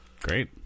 Great